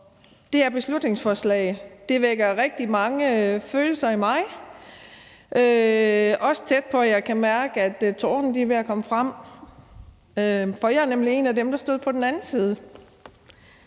det her beslutningsforslag vækker rigtig mange følelser i mig. Det er også tæt på, at jeg kan mærke, at tårerne er ved at komme frem, for jeg er nemlig en af dem, der stod på den anden side.